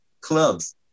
clubs